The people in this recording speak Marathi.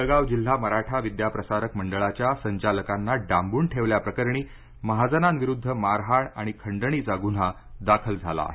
जळगाव जिल्हा मराठा विद्या प्रसारक मंडळाच्या संचालकांना डांबून ठेवल्याप्रकरणी महाजनांविरुद्ध मारहाण आणि खंडणीचा गून्हा दाखल झाला आहे